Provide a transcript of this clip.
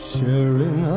Sharing